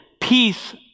Peace